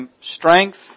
strength